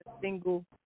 single